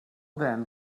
then